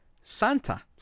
Santa